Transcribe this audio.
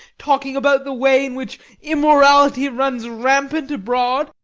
talking about the way in which immorality runs rampant abroad?